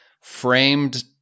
framed